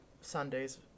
Sundays